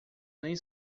nem